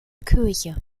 kirche